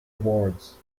awards